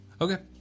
Okay